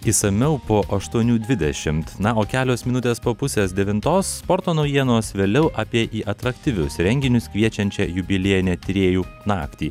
išsamiau po aštuonių dvidešimt na o kelios minutės po pusės devintos sporto naujienos vėliau apie į atraktyvius renginius kviečiančią jubiliejinę tyrėjų naktį